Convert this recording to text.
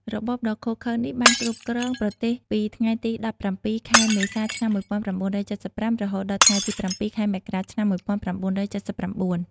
របបដ៏ឃោរឃៅនេះបានគ្រប់គ្រងប្រទេសពីថ្ងៃទី ១៧ ខែមេសា ឆ្នាំ១៩៧៥ រហូតដល់ថ្ងៃទី ៧ ខែមករា ឆ្នាំ១៩៧៩។